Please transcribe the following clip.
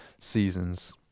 seasons